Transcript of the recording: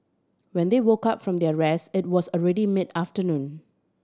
when they woke up from their rest it was already mid afternoon